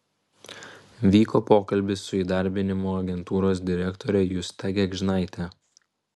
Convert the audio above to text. vyko pokalbis su įdarbinimo agentūros direktore justa gėgžnaite